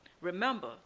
Remember